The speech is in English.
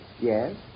yes